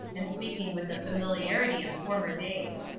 and speaking with the familiarity of former days.